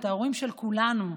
ההורים של כולנו,